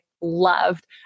loved